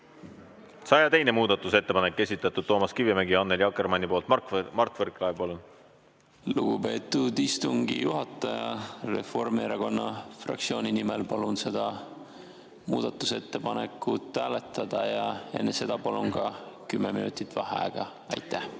102. muudatusettepanek, esitanud Toomas Kivimägi ja Annely Akkermann. Mart Võrklaev, palun! Lugupeetud istungi juhataja! Reformierakonna fraktsiooni nimel palun seda muudatusettepanekut hääletada ja enne seda palun ka kümme minutit vaheaega.